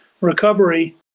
recovery